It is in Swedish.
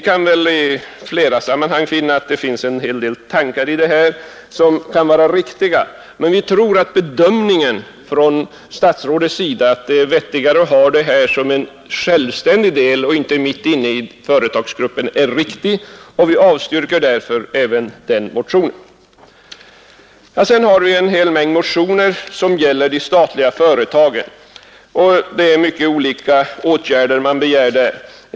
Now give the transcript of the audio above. Man kan i flera sammanhang finna en hel del tankegångar som förefaller riktiga, men vi tror att statsrådets bedömning, att det är vettigare att ha det här som en självständig del och inte mitt i företagsgruppen, är riktig och vi avstyrker därför även den motionen. En hel del motioner handlar om de statliga företagen, och det är många åtgärder man begär skall vidtas.